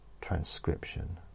transcription